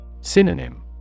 Synonym